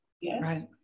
Yes